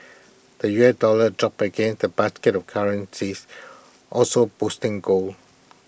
the U S dollar dropped against A basket of currencies also boosting gold